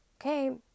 okay